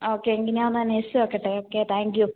okay എങ്കിൽ ഞാൻ ഒന്ന് അന്വോഷിച്ചു നോക്കട്ടെ ഓക്കെ താങ്ക് യു